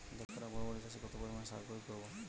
দশ কাঠা বরবটি চাষে কত পরিমাণ সার প্রয়োগ করব?